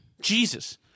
Jesus